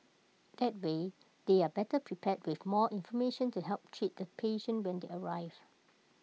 that way they are better prepared with more information to help treat the patient when they arrive